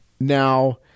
Now